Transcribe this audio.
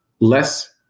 Less